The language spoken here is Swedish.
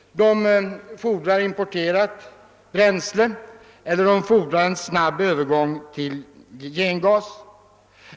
Dessa fordrar importerat bränsle eller en snabb övergång till gengasdrift.